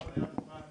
הכל היה מוכן,